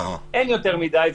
אין יותר מדי,